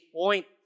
point